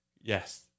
Yes